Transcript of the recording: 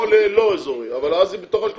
או ללא אזורי, אבל אז היא בתוך ה-30.